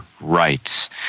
rights